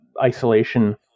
isolation